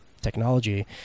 technology